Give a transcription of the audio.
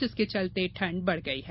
जिसके चलते ठंड बढ़ गई है